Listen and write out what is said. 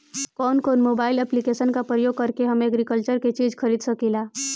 कउन कउन mobile application का प्रयोग करके हम एग्रीकल्चर के चिज खरीद सकिला?